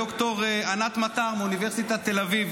בד"ר ענת מטר מאוניברסיטת תל אביב,